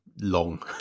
long